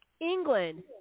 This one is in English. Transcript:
England